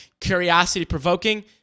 Curiosity-provoking